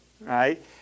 right